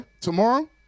tomorrow